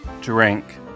drink